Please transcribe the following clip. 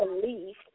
belief